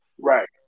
right